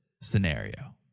scenario